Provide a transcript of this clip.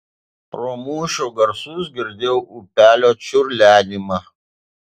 pro mūšio garsus girdėjau upelio čiurlenimą